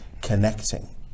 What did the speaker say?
connecting